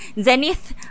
Zenith